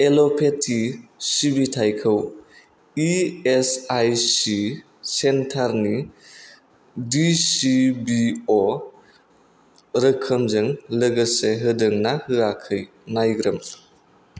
allopathy सिबिथायखौ E S I C सेन्टारनि डि चि बि अ रोखोमजों लोगोसे होदों ना होआखै नायग्रोम